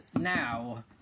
now